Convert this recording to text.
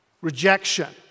Rejection